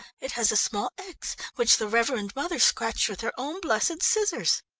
it has a small x which the reverend mother scratched with her own blessed scissors!